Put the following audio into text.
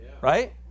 Right